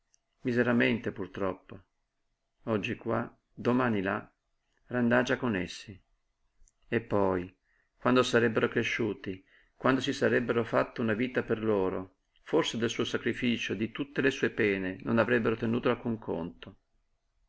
miseramente pur troppo oggi qua domani là randagia con essi e poi quando sarebbero cresciuti quando si sarebbero fatta una vita per loro forse del suo sacrificio di tutte le sue pene non avrebbero tenuto alcun conto